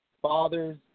fathers